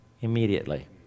Immediately